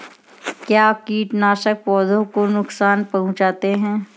क्या कीटनाशक पौधों को नुकसान पहुँचाते हैं?